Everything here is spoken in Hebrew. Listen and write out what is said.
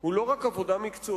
הוא לא רק עבודה מקצועית,